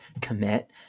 commit